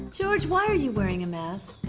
george, why are you wearing a mask?